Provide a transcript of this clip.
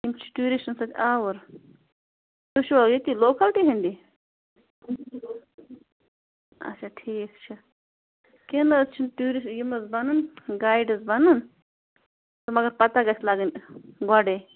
یِم چھِ ٹوٗرِشٹَن سۭتۍ آوُر تُہۍ چھُوا ییٚتی لوکَلٹی ہِنٛدی اچھا ٹھیٖک چھِ کیٚنہہ نہ حظ چھِنہٕ ٹوٗرِ یِم حظ بَنَن گایِڈ حظ بَنَن مگر پتہ گژھِ لَگٕنۍ گۄڈَے